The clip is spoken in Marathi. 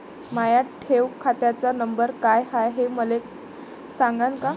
माया ठेव खात्याचा नंबर काय हाय हे मले सांगान का?